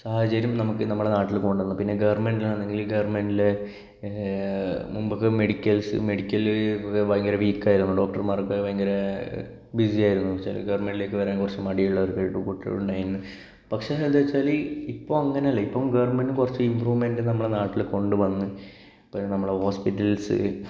സാഹചര്യം നമുക്ക് നമ്മുടെ നാട്ടില് കൊണ്ടുവന്നു പിന്നെ ഗവർമെന്റില് ആണെങ്കില് ഗവർമെന്റിൽ മുമ്പൊക്കെ മെഡികൽസ് മെഡിക്കല് ഭയങ്കര വീക് ആയിരുന്നു ഡോക്ടർമാരൊക്കെ ഭയങ്കര ബിസി ആയിരുന്നു എന്ന് വെച്ചാല് ഗവർമെന്റിലേക്ക് വരാൻ കുറച്ച് മടിയുള്ള ഒരു കൂട്ടരുണ്ടായിരുന്നു പക്ഷേ എന്താന്ന് വെച്ചാല് ഇപ്പോൾ അങ്ങന അല്ല ഇപ്പോൾ ഗവർമെന്റ് കുറച്ചു ഇംപ്രൂവ്മെന്റ് നമ്മളുടെ നാട്ടില് കൊണ്ടു വന്ന് ഇപ്പോൾ നമ്മളുടെ ഹോസ്പിറ്റൽസ്